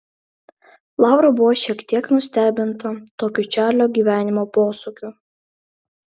laura buvo šiek tiek nustebinta tokių čarlio gyvenimo posūkių